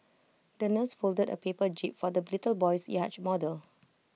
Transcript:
the nurse folded A paper jib for the little boy's yacht model